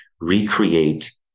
recreate